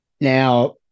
Now